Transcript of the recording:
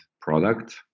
product